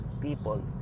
people